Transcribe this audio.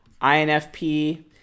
INFP